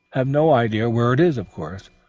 have no idea where it is. of course,